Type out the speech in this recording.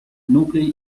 nuclei